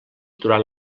durant